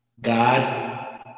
God